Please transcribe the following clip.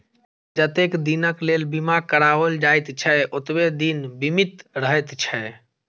जतेक दिनक लेल बीमा कराओल जाइत छै, ओतबे दिन बीमित रहैत छै